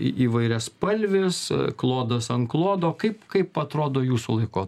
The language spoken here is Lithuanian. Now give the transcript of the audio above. į įvairiaspalvis klodas ant klodo kaip kaip atrodo jūsų laikota